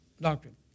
Doctrine